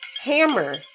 hammer